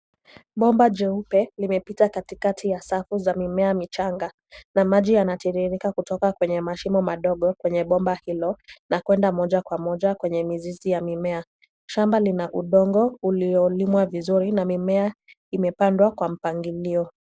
Bomba jeupe limepita katikati ya safu za mimea michanga. Na maji yanatiririka kutoka kwenye mashimo madogo kwenye bomba hilo na kwenda moja kwa moja kwenye mizizi ya mimea. Shamba lina udongo uliolimwa vizuri na mimea imepandwa kwa mpangilio.